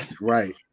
Right